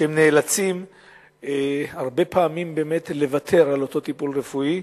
שנאלצים הרבה פעמים לוותר על אותו טיפול רפואי,